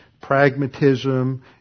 pragmatism